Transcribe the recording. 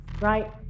right